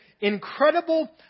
incredible